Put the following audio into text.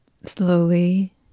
Slowly